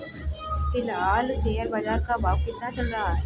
फिलहाल शेयर बाजार का भाव कितना चल रहा है?